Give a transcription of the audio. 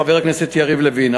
חבר הכנסת יריב לוין,